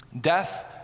death